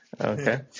Okay